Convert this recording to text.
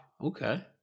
Okay